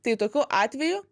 tai tokiu atveju